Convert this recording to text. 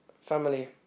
family